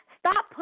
stop